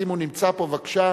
אם הוא נמצא פה, בבקשה.